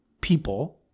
people